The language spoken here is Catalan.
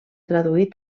traduir